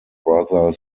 brother